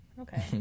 Okay